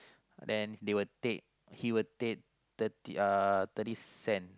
then they will take he will take thirty uh thirty cent